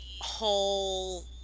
whole